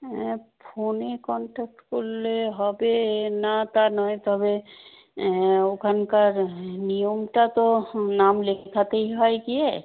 হ্যাঁ ফোনে কনট্যাক্ট করলে হবে না তা নয় তবে ওখানকার নিয়মটা তো নাম লেখাতেই হয় গিয়ে